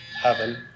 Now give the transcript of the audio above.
heaven